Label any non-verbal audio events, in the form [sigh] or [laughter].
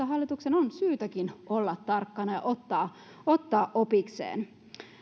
[unintelligible] hallituksen on syytäkin olla tarkkana ja ottaa ottaa opikseen